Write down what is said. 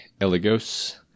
Eligos